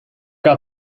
got